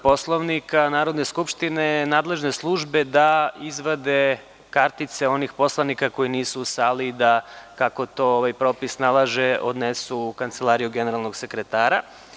Poslovnika Narodne Skupštine, nadležne službe da izvade kartice onih poslanika koji nisu u sali da, kako to ovaj propis nalaže, odnesu u kancelariju generalnog sekretara.